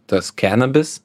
tas kenabis